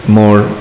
more